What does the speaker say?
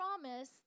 promise